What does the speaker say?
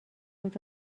خود